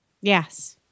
Yes